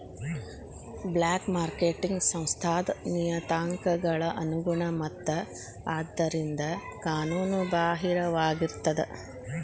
black marketing ಸಂಸ್ಥಾದ್ ನಿಯತಾಂಕಗಳ ಅನುಗುಣ ಮತ್ತ ಆದ್ದರಿಂದ ಕಾನೂನು ಬಾಹಿರವಾಗಿರ್ತದ